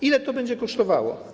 Ile to będzie kosztowało?